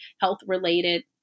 health-related